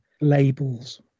labels